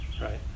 right